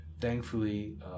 thankfully